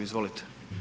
Izvolite.